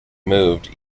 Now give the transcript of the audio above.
moved